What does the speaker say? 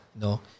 no